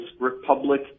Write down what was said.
republic